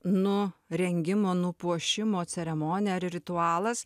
nurengimo nupuošimo ceremonija ar ritualas